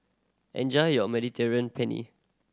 enjoy your Mediterranean Penne